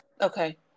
Okay